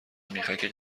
میخک